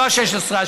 לא ה-16,